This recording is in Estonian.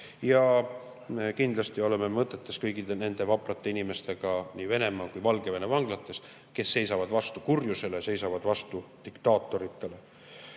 eest. Kindlasti oleme mõtetes kõikide nende vaprate inimestega nii Venemaa kui ka Valgevene vanglates, kes seisavad vastu kurjusele, seisavad vastu diktaatoritele.